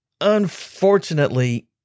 unfortunately